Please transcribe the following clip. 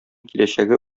киләчәге